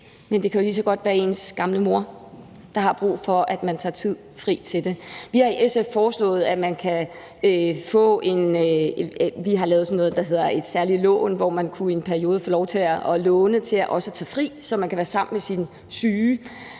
men det kunne jo lige så godt være ens gamle mor, der har brug for, at man tager fri til det. Vi har i SF foreslået, at man kunne få et særligt lån, hvor man i en periode kan få lov til at låne til også at tage fri, så man kan være sammen med sin syge